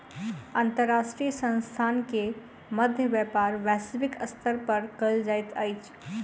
अंतर्राष्ट्रीय संस्थान के मध्य व्यापार वैश्विक स्तर पर कयल जाइत अछि